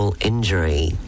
injury